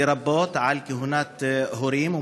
לרבות על כהונת הורים,